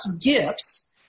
gifts